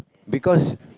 because